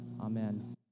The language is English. Amen